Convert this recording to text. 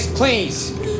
Please